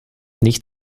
nicht